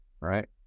right